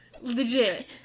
Legit